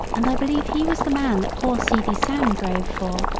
and i believe he was the man that poor seedy sam drove for.